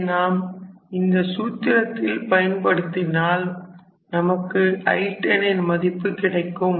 அதை நாம் இந்த சூத்திரத்தில் பயன்படுத்தினால் நமக்கு I10 ன் மதிப்பு கிடைக்கும்